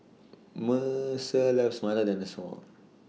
Mercer loves Milo Dinosaur